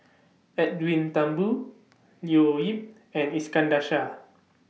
Edwin Thumboo Leo Yip and Iskandar Shah